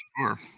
sure